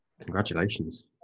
Congratulations